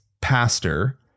pastor